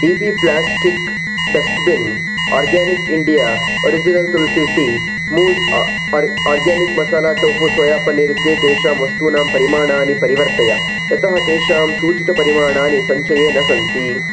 D P plastic dustbin organic India original tulsi tea moose ah uh organic masala tofu soya paneer इत्ये तेषां वस्तूनां परिमाणानि परिवर्तय यतः तेषां सूचितपरिमाणानि सञ्चये न सन्ति